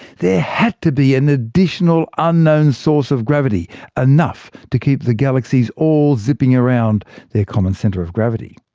there had to be an additional, unknown source of gravity enough to keep the galaxies all zipping around their common centre of gravity.